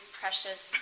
precious